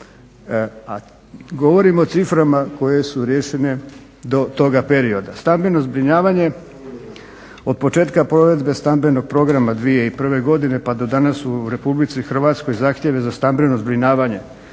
A govorimo o ciframa koje su riješene do toga perioda. Stambeno zbrinjavanje od početka provedbe stambenog programa 2001. godine pa do danas u RH zahtjeve za stambeno zbrinjavanje